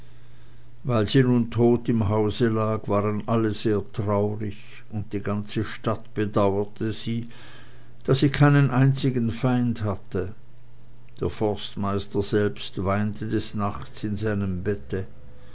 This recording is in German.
weil sie nun tot im hause lag waren alle sehr traurig und die ganze stadt bedauerte sie da sie keinen einzigen feind hatte der forstmeister selbst weinte des nachts in seinem bette